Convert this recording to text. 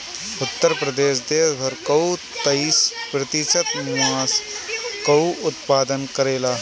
उत्तर प्रदेश देस भर कअ तेईस प्रतिशत मांस कअ उत्पादन करेला